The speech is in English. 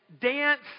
dance